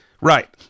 Right